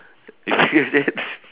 you remember that